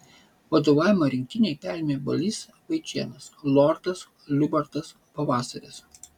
vadovavimą rinktinei perėmė balys vaičėnas lordas liubartas pavasaris